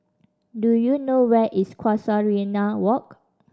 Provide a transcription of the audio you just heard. do you know where is Casuarina Walk